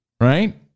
right